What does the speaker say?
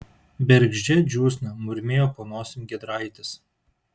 bergždžia džiūsna murmėjo po nosim giedraitis